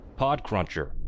Podcruncher